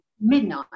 midnight